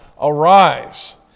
arise